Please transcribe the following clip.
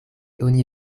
oni